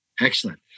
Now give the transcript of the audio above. Excellent